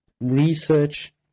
research